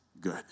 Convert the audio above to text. good